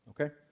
okay